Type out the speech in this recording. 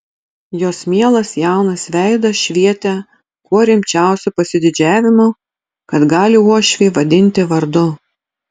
jos mielas jaunas veidas švietė kuo rimčiausiu pasididžiavimu kad gali uošvį vadinti vardu